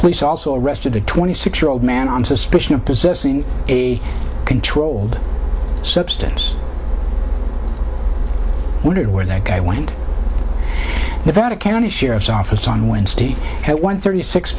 police also arrested a twenty six year old man on suspicion of possessing a controlled substance wondered where that guy went and found a county sheriff's office on wednesday at one thirty six